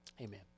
Amen